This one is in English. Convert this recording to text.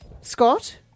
Scott